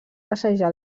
passejar